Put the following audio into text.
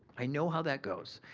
i know how that goes.